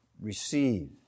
receive